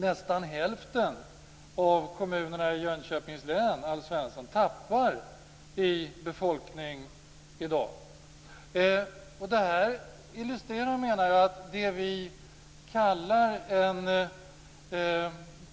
Nästan hälften av kommunerna i Jönköpings län, Detta illustrerar att det vi kallar en